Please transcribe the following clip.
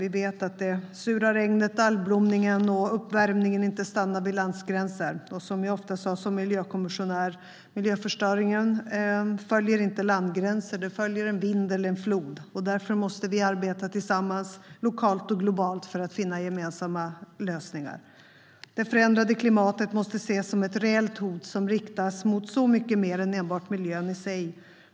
Vi vet att det sura regnet, algblomningen och uppvärmningen inte stannar vid landgränser. Som jag ofta sa som miljökommissionär: Miljöförstöringen följer inte landgränser, utan den följer en vind eller en flod. Därför måste vi arbeta tillsammans, lokalt och globalt, för att finna gemensamma lösningar. Det förändrade klimatet måste ses som ett reellt hot som riktas mot så mycket mer än enbart miljön i sig.